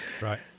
right